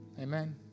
Amen